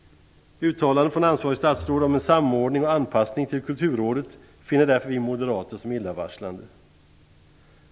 Uttalanden från ansvarigt statsråd om en samordning och anpassning till Kulturrådet finner vi moderater därför illavarslande.